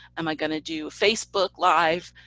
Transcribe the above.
am i going to do facebook live?